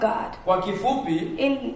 God